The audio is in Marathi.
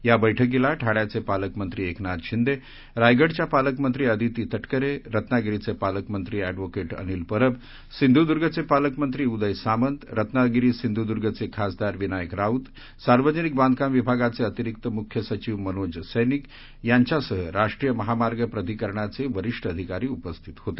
या बैठकीला ठाण्याचे पालकमंत्री एकनाथ शिंदे रायगडच्या पालकमंत्री अदिती तटकरे रत्नागिरीचे पालकमंत्री अद्द अनिल परब सिंधुदूर्गचे पालकमंत्री उदय सामंत रत्नागिरी सिंधुदूर्गचे खासदार विनायक राऊत सार्वजनिक बांधकाम विभागाचे अतिरिक्त मुख्य सचिव मनोज सौनिक यांच्यासह राष्ट्रीय महामार्ग प्राधिकरणाचे वरिष्ठ अधिकारी उपस्थित होते